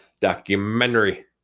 documentary